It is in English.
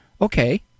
Okay